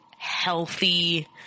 healthy